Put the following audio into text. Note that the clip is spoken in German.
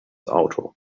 auto